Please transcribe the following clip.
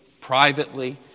privately